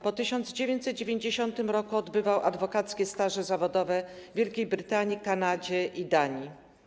Po 1990 r. odbywał adwokackie staże zawodowe w Wielkiej Brytanii, Kanadzie i Danii.